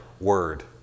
word